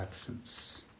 actions